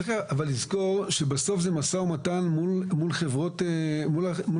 אבל צריך לזכור שבסוף זה משא ומתן מול חברה פרטית.